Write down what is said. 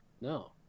No